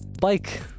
Bike